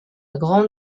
grande